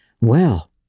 Well